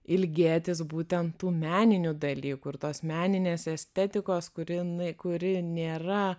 ilgėtis būtent tų meninių dalykų ir tos meninės estetikos kuri jinai kuri nėra